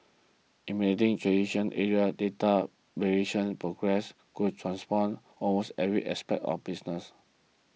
eliminating traditional Asia data verification progress could transform almost every aspect of business